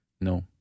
no